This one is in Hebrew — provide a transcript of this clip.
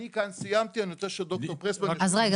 אני כאן סיימתי, אני רוצה שד"ר פרסמן --- רגע.